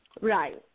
right